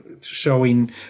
showing